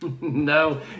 No